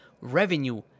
revenue